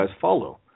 follow